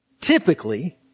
Typically